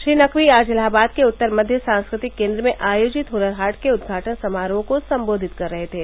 श्री नकवी आज इलाहाबाद के उत्तर मध्य सांस्कृतिक केन्द्र में आयोजित हनर हाट के उद्घाटन समारोह को सम्बोधित कर रहे थे